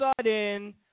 sudden